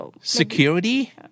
Security